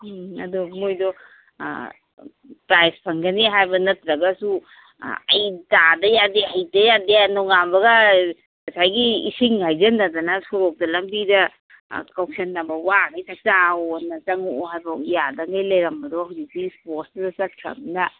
ꯎꯝ ꯑꯗꯣ ꯃꯣꯏꯗꯣ ꯄ꯭ꯔꯥꯏꯖ ꯐꯪꯒꯅꯤ ꯍꯥꯏꯕ ꯅꯠꯇ꯭ꯔꯒꯁꯨ ꯑꯩ ꯇꯥꯗ ꯌꯥꯗꯦ ꯍꯩꯇ ꯌꯩꯗꯦ ꯅꯣꯡꯉꯥꯟꯕꯒ ꯉꯁꯥꯏꯒꯤ ꯏꯁꯤꯡ ꯍꯩꯖꯤꯟꯅꯗꯅ ꯁꯣꯔꯣꯛꯇ ꯂꯝꯕꯤꯗ ꯀꯧꯁꯤꯟꯅꯕ ꯋꯥꯒꯩ ꯆꯥꯛ ꯆꯥꯎꯑꯣ ꯆꯪꯉꯛꯑꯣꯅ ꯍꯥꯎꯐꯥꯎ ꯌꯩꯗꯉꯩ ꯂꯩꯔꯝꯕꯗꯣ ꯍꯧꯖꯤꯛꯇꯤ ꯏꯁꯄꯣꯔꯠꯇꯨꯗ ꯆꯠꯈ꯭ꯔꯝꯅꯤꯅ